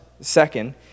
second